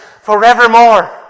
forevermore